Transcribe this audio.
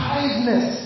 Kindness